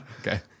Okay